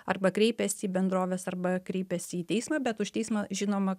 arba kreipiasi į bendroves arba kreipiasi į teismą bet už teismą žinoma